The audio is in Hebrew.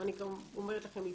ואני גם אומרת לכם,